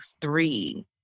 three